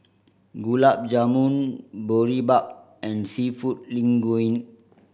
Gulab Jamun Boribap and Seafood Linguine